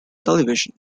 television